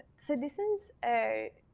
so this is a